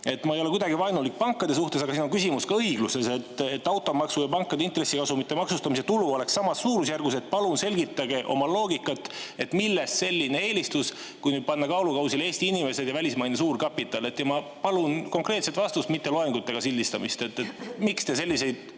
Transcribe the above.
Ma ei ole kuidagi vaenulik pankade suhtes, aga siin on ka küsimus õigluses. Automaksust ja pankade intressikasumite maksustamisest [saadav] tulu oleks samas suurusjärgus. Palun selgitage oma loogikat, millest selline eelistus, kui nüüd panna kaalukausile Eesti inimesed ja välismaine suurkapital. Ma palun konkreetset vastust, mitte loengut ega sildistamist. Millistel